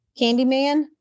Candyman